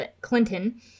Clinton